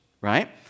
right